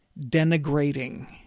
denigrating